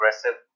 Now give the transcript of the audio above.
aggressive